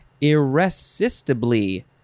Irresistibly